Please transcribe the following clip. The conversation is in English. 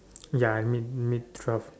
ya I mean mean twelve